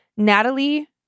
Natalie